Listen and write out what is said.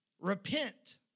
Repent